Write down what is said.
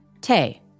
Tay